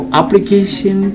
application